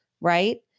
right